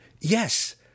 Yes